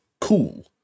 cool